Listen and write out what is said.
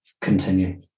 continue